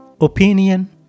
Opinion